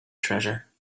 treasure